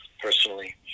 personally